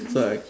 it's all right